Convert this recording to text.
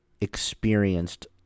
experienced